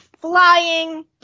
flying